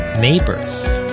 neighbors